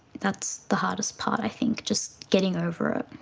that's the hardest part, i think, just getting over it.